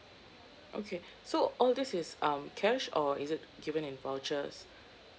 okay so all this is um cash or is it given in vouchers